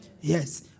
Yes